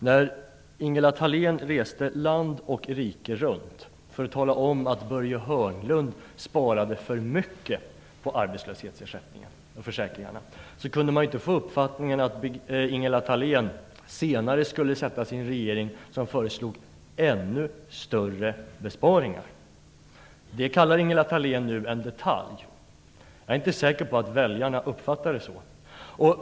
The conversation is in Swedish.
När Ingela Thalén reste land och rike runt för att tala om att Börje Hörnlund sparade för mycket på arbetslöshetsersättningen och försäkringarna, kunde man inte få uppfattningen att Ingela Thalén senare skulle sätta sig i en regering som föreslog ännu större besparingar. Det kallar Ingela Thalén nu en detalj. Jag är inte säker på att väljarna uppfattar det så.